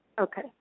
Okay